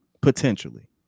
potentially